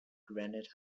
granite